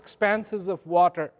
expanses of water